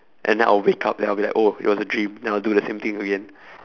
and then I'll wake up then I'll be like oh it was a dream then I'll do the same thing again